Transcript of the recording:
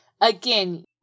again